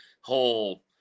whole